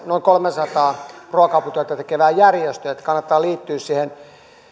noin kolmeasataa ruoka aputyötä tekevää järjestöä että kannattaa liittyä